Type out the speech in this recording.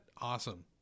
awesome